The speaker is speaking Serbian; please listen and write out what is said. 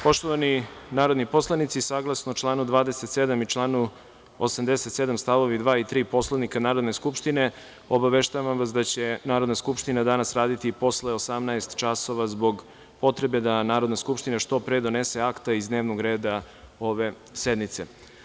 Poštovani narodni poslanici, saglasno članu 27. i članu 87. stavovi 2. i 3. Poslovnika Narodne skupštine, obaveštavam vas da će Narodna skupština danas raditi posle 18,00 časova zbog potrebe da Narodna skupština što pre donese akta iz dnevnog reda ove sednice.